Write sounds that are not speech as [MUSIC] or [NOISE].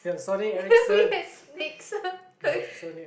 [LAUGHS] we had snakes [LAUGHS]